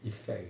effect eh